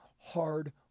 hard